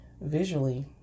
visually